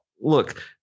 look